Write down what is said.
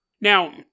now